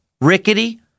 rickety